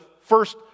first